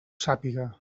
sàpiga